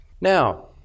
Now